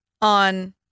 on